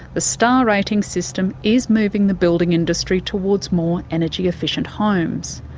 the star rating system is moving the building industry towards more energy efficient homes.